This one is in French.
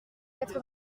quatre